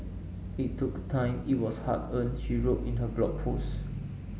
it took time it was hard earned she wrote in her Blog Post